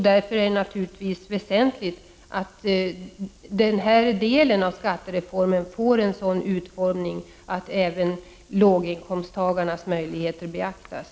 Därför är det väsentligt att den här delen av skattereformen får en utformning som gör att även låginkomsttagarnas situation beaktas.